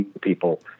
people